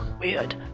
Weird